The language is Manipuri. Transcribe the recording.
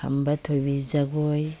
ꯈꯝꯕ ꯊꯣꯏꯕꯤ ꯖꯒꯣꯏ